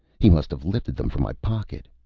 he must have lifted them from my pocket.